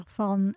van